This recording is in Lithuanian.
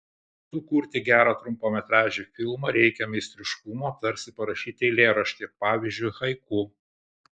sukurti gerą trumpametražį filmą reikia meistriškumo tarsi parašyti eilėraštį pavyzdžiui haiku